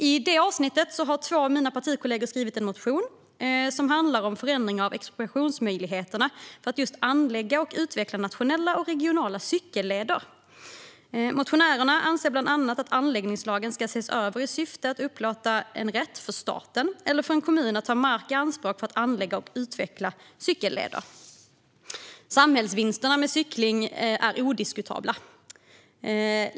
I det avsnittet finns en motion av två av mina partikollegor, och den handlar om förändring av expropriationsmöjligheterna för att just anlägga och utveckla nationella och regionala cykelleder. Motionärerna anser bland annat att anläggningslagen ska ses över i syfte att upplåta en rätt för staten eller en kommun att ta mark i anspråk för att anlägga och utveckla cykelleder. Samhällsvinsterna med cykling är odiskutabla.